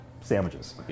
sandwiches